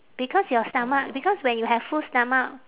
because your stomach because when you have full stomach